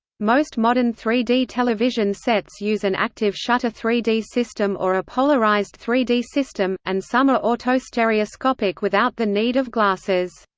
most modern three d television sets use an active shutter three d system or a polarized three d system, and some are autostereoscopic without the need of glasses.